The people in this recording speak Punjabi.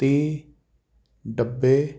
ਤੀਹ ਡੱਬੇ